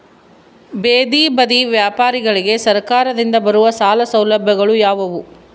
ಬೇದಿ ಬದಿ ವ್ಯಾಪಾರಗಳಿಗೆ ಸರಕಾರದಿಂದ ಬರುವ ಸಾಲ ಸೌಲಭ್ಯಗಳು ಯಾವುವು?